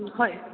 হয়